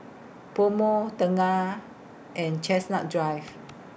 Pomo Tengah and Chestnut Drive